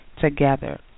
together